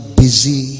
busy